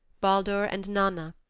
baldur and nanna,